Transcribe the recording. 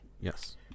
Yes